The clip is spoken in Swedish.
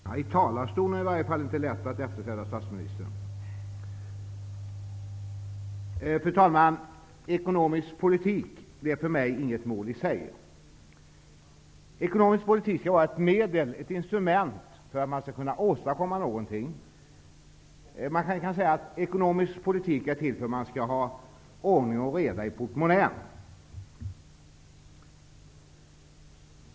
Fru talman! I talarstolen är det i varje fall litet lättare att efterträda statsministern. Ekonomisk politik är för mig inget mål i sig. Ekonomisk politik skall vara ett medel, ett instrument, för att man skall kunna åstaskomma någonting. Man kan kanske säga att ekonomisk politik är till för att man skall ha ordning och reda i portmonnän.